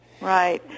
Right